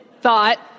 thought